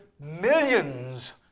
millions